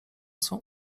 swą